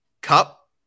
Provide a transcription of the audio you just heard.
Cup